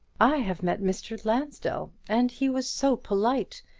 i have met mr. lansdell, and he was so polite,